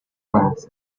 class